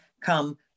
come